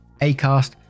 Acast